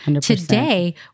Today